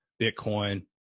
Bitcoin